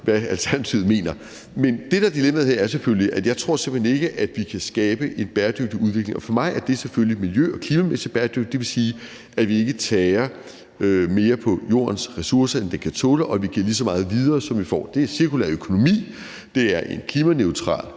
hvad Alternativet mener, end jeg gør. Men det, der er dilemmaet her, er selvfølgelig, at jeg simpelt hen ikke tror, at vi kan skabe en bæredygtig udvikling. Og for mig er det selvfølgelig miljø- og klimamæssig bæredygtighed. Det vil sige, at vi ikke tærer mere på jordens ressourcer, end den kan tåle, og at vi giver lige så meget videre, som vi får. Det er cirkulær økonomi. Det er en klimaneutral